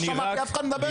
לא שמעתי אף אחד מדבר עליהן.